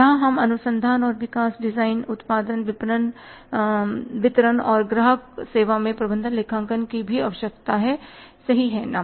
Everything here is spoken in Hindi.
यहां हमें अनुसंधान और विकास डिजाइन उत्पादन विपणन वितरण और ग्राहक सेवा में प्रबंधन लेखांकन की भी आवश्यकता हैसही है ना